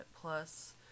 plus